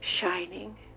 shining